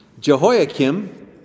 Jehoiakim